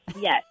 Yes